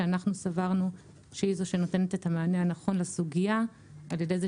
שאנחנו סברנו שהיא זו שנותנת את המענה הנכון לסוגיה על-ידי זה